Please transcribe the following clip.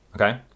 okay